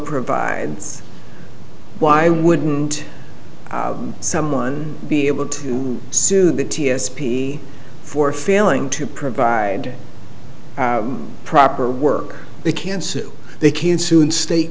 provides why wouldn't someone be able to sue the t s b for failing to provide proper work they can't sue they can't sue in state